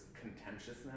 contentiousness